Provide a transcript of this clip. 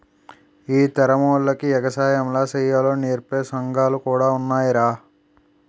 ఈ తరమోల్లకి ఎగసాయం ఎలా సెయ్యాలో నేర్పే సంగాలు కూడా ఉన్నాయ్రా